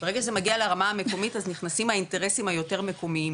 אז נכנסים האינטרסים היותר מקומיים